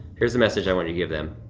here's the message i wanted to give them,